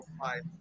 five